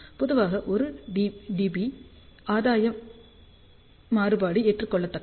பொதுவாக 1 dB ஆதாய மாறுபாடு ஏற்றுக்கொள்ளத்தக்கது